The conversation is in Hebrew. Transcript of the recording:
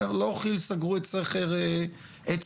לא כי"ל סגרו את סכר דגניה.